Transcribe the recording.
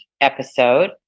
episode